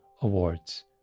awards